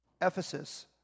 Ephesus